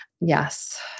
Yes